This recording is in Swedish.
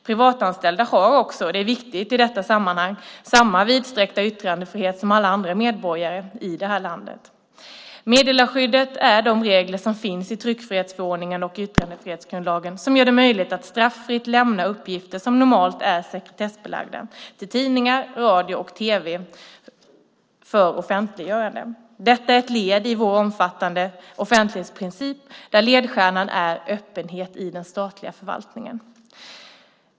Privatanställda har också - och det är viktigt i detta sammanhang - samma vidsträckta yttrandefrihet som alla andra medborgare i det här landet. Meddelarskyddet är de regler som finns i tryckfrihetsförordningen och yttrandefrihetsgrundlagen som gör det möjligt att straffritt lämna uppgifter som normalt är sekretessbelagda till tidningar, radio och tv för offentliggörande. Detta är ett led i vår omfattande offentlighetsprincip där ledstjärnan är öppenhet i den statliga förvaltningen.